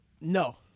No